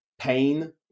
pain